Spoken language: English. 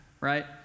Right